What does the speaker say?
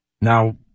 Now